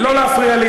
לא להפריע לי.